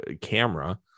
camera